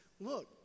look